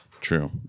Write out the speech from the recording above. True